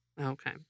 Okay